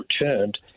returned